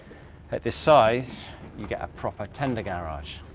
at this size you get a proper tender garage,